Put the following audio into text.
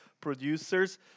producers